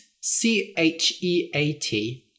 C-H-E-A-T